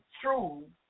true